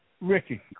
Ricky